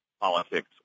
politics